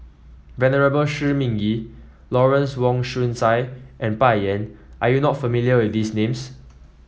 Venerable Shi Ming Yi Lawrence Wong Shyun Tsai and Bai Yan are you not familiar with these names